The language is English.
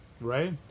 right